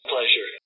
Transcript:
Pleasure